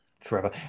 forever